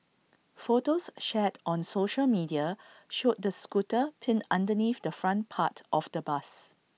photos shared on social media showed the scooter pinned underneath the front part of the bus